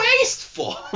wasteful